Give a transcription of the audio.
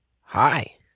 Hi